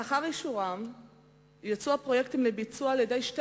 לאחר אישורם יצאו הפרויקטים לביצוע על-ידי שתי